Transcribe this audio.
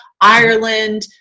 Ireland